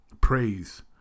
praise